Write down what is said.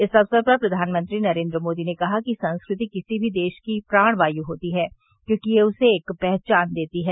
इस अवसर पर प्रधानमंत्री नरेन्द्र मोदी ने कहा कि संस्कृति किसी भी देश की प्राण वायु होती है क्योंकि यह उसे एक पहचान देती है